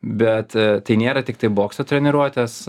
bet tai nėra tiktai bokso treniruotės